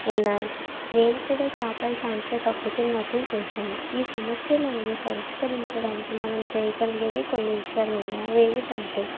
ఉన్నాయి నేను కూడా చేపల సంఖ్య తగ్గుతున్నట్లు చూశాను ఈ సమస్యలన్నీ పరిష్కరించడానికి మనం చేయగలిగేది కొన్ని విషయాలున్నాయి అవి ఏమిటంటే